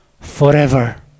forever